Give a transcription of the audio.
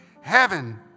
heaven